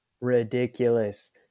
ridiculous